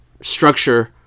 structure